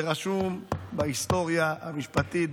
זה רשום בהיסטוריה המשפטית,